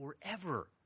forever